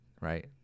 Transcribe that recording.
right